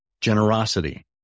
Generosity